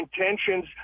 intentions